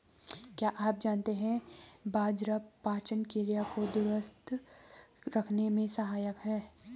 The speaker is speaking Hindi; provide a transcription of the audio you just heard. क्या आप जानते है बाजरा पाचन क्रिया को दुरुस्त रखने में सहायक हैं?